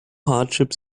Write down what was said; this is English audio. hardship